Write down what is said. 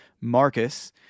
Marcus